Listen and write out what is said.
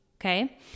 Okay